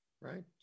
right